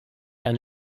eine